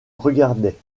regardait